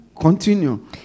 Continue